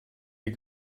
you